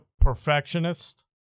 perfectionist